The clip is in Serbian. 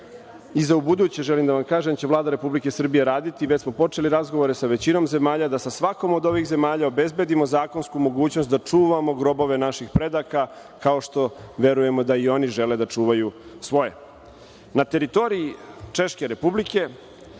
ubuduće želim da vam kažem da će Vlada Republike Srbije raditi, već smo počeli razgovore sa većinom zemalja, da sa svakom od ovih zemalja obezbedimo zakonsku mogućnost da čuvamo grobove naših predaka, kao što verujemo da i oni žele da čuvaju svoje. Na teritoriji Češke Republike